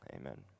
amen